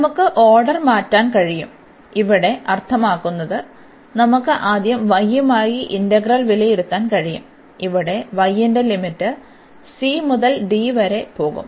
നമുക്ക് ഓർഡർ മാറ്റാൻ കഴിയും ഇവിടെ അർത്ഥമാക്കുന്നത് നമുക്ക് ആദ്യം y യുമായി ഇന്റഗ്രൽ വിലയിരുത്താൻ കഴിയും ഇവിടെ y ന്റെ ലിമിറ്റ് c മുതൽ d വരെ പോകും